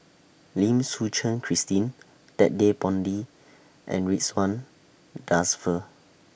Lim Suchen Christine Ted De Ponti and Ridzwan Dzafir